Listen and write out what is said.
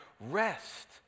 rest